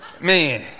man